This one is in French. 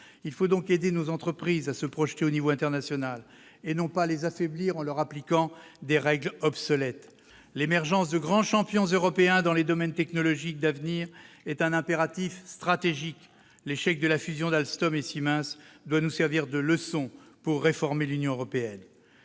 Il faut donc aider nos entreprises à se projeter au niveau international, et non pas les affaiblir en leur appliquant des règles obsolètes. L'émergence de grands champions européens dans les domaines technologiques d'avenir est un impératif stratégique. L'échec de la fusion d'Alstom et Siemens doit nous servir de leçon pour réformer l'Union européenne.